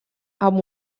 amb